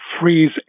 freeze